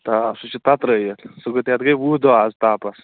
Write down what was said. آ سُہ چھُ پَپرٲوِتھ تَتھ گٔے وُہ دۄہ اَز تاپھس